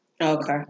Okay